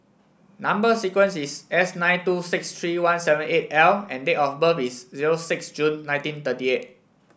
number sequence is S nine two six three one seven eight L and date of birth is zero six June nineteen thirty eight